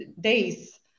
days